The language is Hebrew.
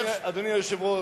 אדוני היושב-ראש,